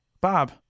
Bob